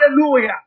Hallelujah